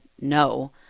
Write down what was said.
no